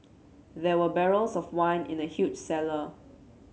there were barrels of wine in the huge cellar